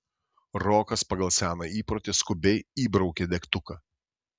rokas pagal seną įprotį skubiai įbraukė degtuką